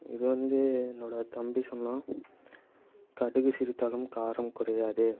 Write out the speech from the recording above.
இது வந்து என்னோடய தம்பி சொன்னான் கடுகு சிறுத்தாலும் காரம் குறையாது